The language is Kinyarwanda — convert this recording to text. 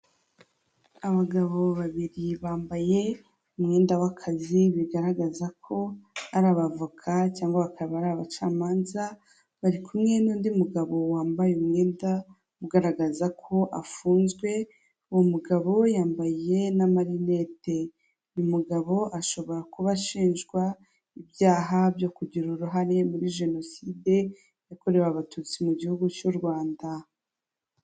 Abagabo babiri bambaye umwenda w'akazi bigaragaza ko ari abavoka cyangwa bakaba ari abacamanza, bari kumwe n'undi mugabo wambaye umwenda ugaragaza ko afunzwe, uwo mugabo yambaye na marinete. Uyu mugabo ashobora kuba ashinjwa ibyaha byo kugira uruhare muri jenoside yakorewe abatutsi mu gihugu cy'u Rwanda.